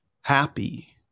happy